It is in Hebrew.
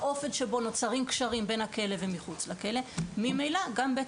האופן שבו נוצרים קשרים בין הכלא ומחוץ לכלא גם בית